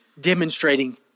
demonstrating